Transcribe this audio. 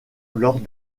lors